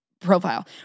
profile